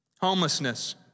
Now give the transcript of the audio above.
homelessness